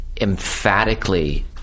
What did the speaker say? emphatically